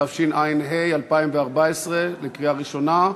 התשע"ה 2014, לקריאה ראשונה.